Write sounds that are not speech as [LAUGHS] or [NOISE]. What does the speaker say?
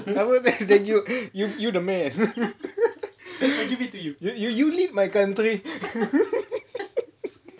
then you you you the man you lead my country [LAUGHS]